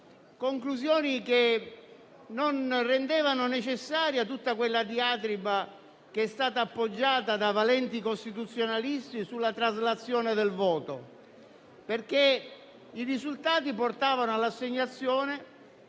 conclusioni non rendevano necessaria tutta la diatriba, appoggiata da valenti costituzionalisti, sulla traslazione del voto, perché i risultati portavano all'assegnazione